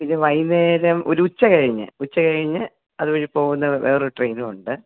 പിന്നെ വൈകുന്നേരം ഒരു ഉച്ചകഴിഞ്ഞ് ഉച്ചകഴിഞ്ഞ് അത് വഴി പോകുന്ന വേറൊരു ട്രെയിനുണ്ട്